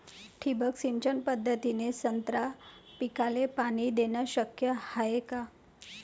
ठिबक सिंचन पद्धतीने संत्रा पिकाले पाणी देणे शक्य हाये का?